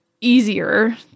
easier